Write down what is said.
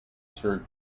sir